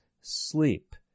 sleep